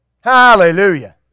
Hallelujah